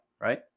Right